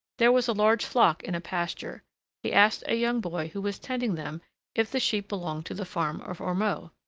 there was a large flock in a pasture he asked a young boy who was tending them if the sheep belonged to the farm of ormeaux.